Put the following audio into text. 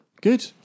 Good